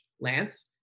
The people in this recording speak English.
Lance